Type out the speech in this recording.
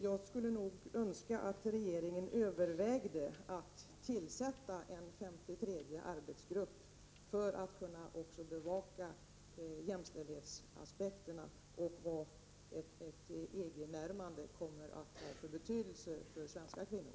Jag skulle nog önska att regeringen övervägde att tillsätta en 53:e arbetsgrupp för att också kunna bevaka jämställdhetsaspekterna på vad ett EG närmande kommer att betyda för svenska kvinnor.